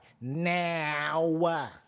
now